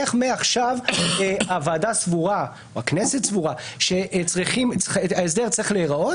איך מעכשיו הוועדה סבורה או הכנסת סבורה שההסדר צריך להיראות